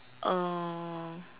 uh